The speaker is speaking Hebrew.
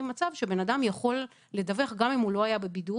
מצב שבן אדם יכול לדווח גם אם הוא לא היה בבידוד.